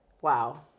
Wow